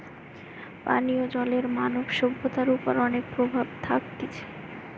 পানীয় জলের মানব সভ্যতার ওপর অনেক প্রভাব থাকতিছে